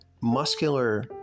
muscular